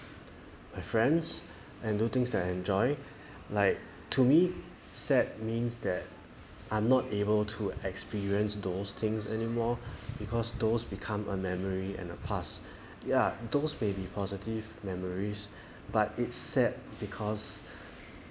my friends and do things that I enjoy like to me sad means that I'm not able to experience those things anymore because those become a memory and a past ya those maybe positive memories but it's sad because